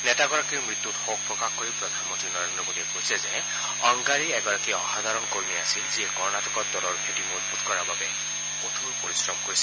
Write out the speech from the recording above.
নেতাগৰাকীৰ মৃত্যুত শোক প্ৰকাশ কৰি প্ৰধানমন্ত্ৰী নৰেন্দ্ৰ মোডীয়ে কৈছে যে অংগড়ী এগৰাকী অসাধাৰণ কৰ্মী আছিল যিয়ে কণটিকত দলৰ ভেঁটি মজবুত কৰাৰ বাবে কঠোৰ পৰিশ্ৰম কৰিছিল